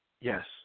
Yes